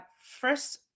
first